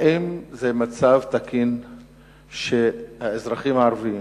האם זה מצב תקין שהאזרחים הערבים